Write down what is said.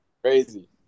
Crazy